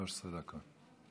13 דקות.